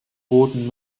booten